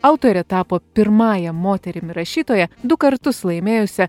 autorė tapo pirmąja moterimi rašytoja du kartus laimėjusia